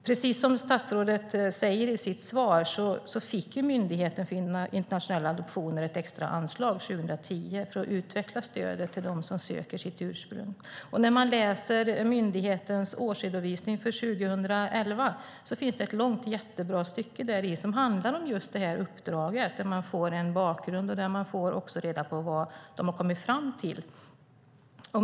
Precis som statsrådet säger i sitt svar fick Myndigheten för internationella adoptionsfrågor ett extra anslag år 2010 för att utveckla stödet till dem som söker sitt ursprung. När man läser myndighetens årsredovisning för 2011 finner man ett långt, jättebra stycke där som handlar om just det uppdraget, där man får en bakgrund och också får reda på vad de har kommit fram till.